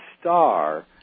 star